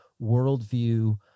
worldview